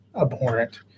abhorrent